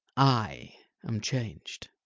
i am changed.